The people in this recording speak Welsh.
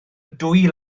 dwy